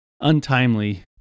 untimely